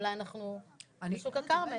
אולי אנחנו בשוק הכרמל.